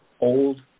old